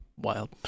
wild